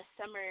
summer